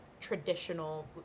traditional